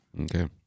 okay